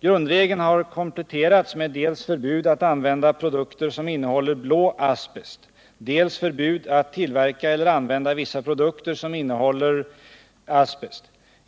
Grundregeln har kompletterats med dels förbud att använda produkter som innehåller blå asbest, dels förbud att tillverka eller använda vissa produkter som innehåller asbest.